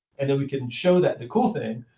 and then we can show that the cool thing,